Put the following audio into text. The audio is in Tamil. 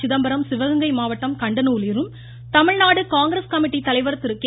சிதம்பரம் சிவகங்கை மாவட்டம் கண்டனூரிலும் தமிழ்நாடு காங்கிரஸ் கமிட்டி தலைவர் கே